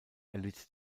erlitt